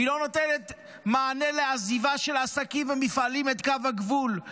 היא לא נותנת מענה לעזיבה של עסקים ומפעלים את קו הגבול,